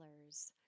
colors